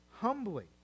humbly